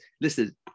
listen